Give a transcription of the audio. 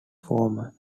former